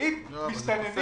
ואם מסתננים